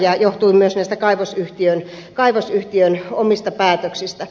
se johtui myös näistä kaivosyhtiön omista päätöksistä